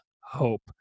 hope